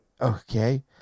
okay